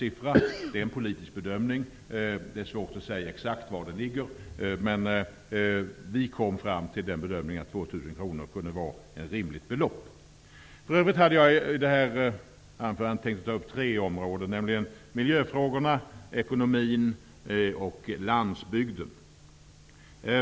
Bedömningen är politisk, och det är svårt att exakt säga vad man kommer fram till. Men enligt en bedömning tycks 2 000 kr vara ett rimligt belopp. I detta anförande hade jag tänkt ta upp tre områden, nämligen frågorna som rör miljön, ekonomin och landsbygden.